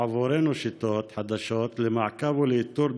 עבורנו שיטות חדשות למעקב ולאיתור,